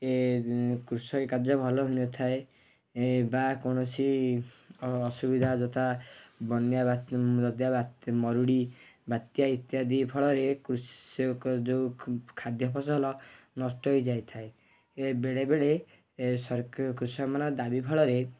ଏ କୃଷ ଏ କାର୍ଯ୍ୟ ଭଲ ହୋଇନଥାଏ ବା କୌଣସି ଅସୁବିଧା ଯଥା ବନ୍ୟା ବାତ୍ୟା ମରୁଡ଼ି ବାତ୍ୟା ଇତ୍ୟାଦି ଫଳରେ କୃଷକ ଯେଉଁ ଖାଦ୍ୟ ଫସଲ ନଷ୍ଟ ହୋଇଯାଇଥାଏ ଏ ବେଳେ ବେଳେ ଏ ସର କୃଷକ ମାନଙ୍କ ଦାବି ଫଳରେ